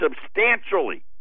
substantially